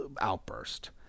outburst